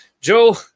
Joe